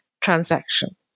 transaction